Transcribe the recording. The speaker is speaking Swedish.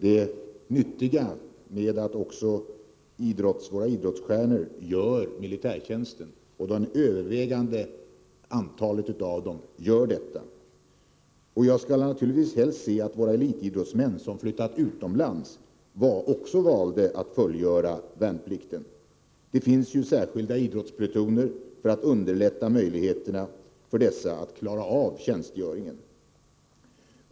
det nyttiga med att även våra idrottsstjärnor gör militärtjänsten. Det övervägande antalet av dem gör militärtjänsten. Jag skulle dock naturligtvis helst se att våra elitidrottsmän som flyttat utomlands också valde att fullgöra värnplikten. Det finns ju särskilda idrottsplutoner för att göra det lättare för dessa att klara av tjänstgöringen.